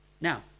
Now